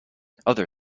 other